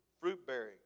fruit-bearing